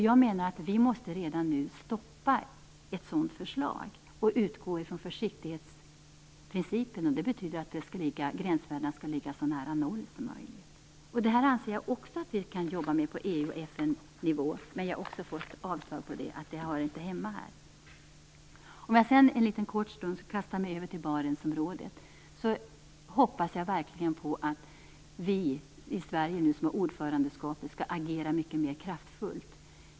Jag menar att vi redan nu måste stoppa ett sådant förslag och utgå ifrån försiktighetsprincipen. Det betyder att gränsvärdena skall ligga så nära noll som möjligt. Jag anser att man kan jobba med detta på EU och FN-nivå, men jag har fått avslag på även det. Denna fråga hör inte hemma där. Jag vill också en kort stund kasta mig över till Barentsområdet. Jag hoppas verkligen att vi i Sverige nu när vi innehar ordförandeskapet skall agera mycket mer kraftfullt.